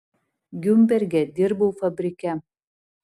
griunberge dirbau fabrike